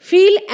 Feel